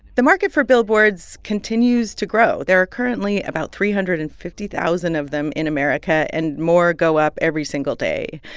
the market for billboards continues to grow. there are currently about three hundred and fifty thousand of them in america, and more go up every single day.